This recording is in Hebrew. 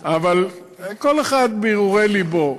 אבל כל אחד רואה מהרהורי לבו.